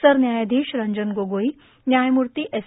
सरन्यायाधीश रंजन गोगोई न्यायमूर्ता एस